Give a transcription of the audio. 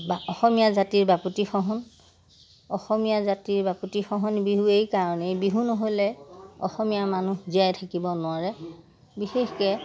বা অসমীয়া জাতিৰ বাপতিসাহোন অসমীয়া জাতিৰ বাপতিসাহোন বিহু এই কাৰণেই বিহু নহ'লে অসমীয়া মানুহ জীয়াই থাকিব নোৱাৰে বিশেষকৈ